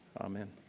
Amen